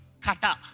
kata